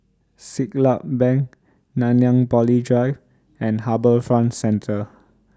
Siglap Bank Nanyang Poly Drive and HarbourFront Centre